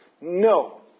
no